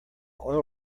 oil